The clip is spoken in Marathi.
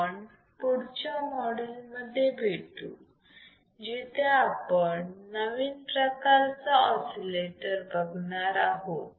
आपण पुढच्या मॉड्यूल मध्ये भेटू जिथे आपण नवीन प्रकार चा ऑसिलेटर बघणार आहोत